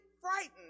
frightened